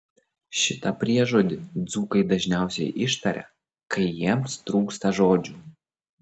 šitą priežodį dzūkai dažniausiai ištaria kai jiems trūksta žodžių